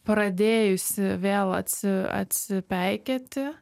pradėjusi vėl atsi atsipeikėti